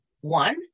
one